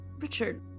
Richard